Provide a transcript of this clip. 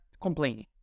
complaining